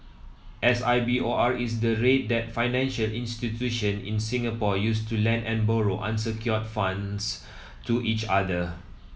S I B O R is the rate that financial institution in Singapore use to lend and borrow unsecured funds to each other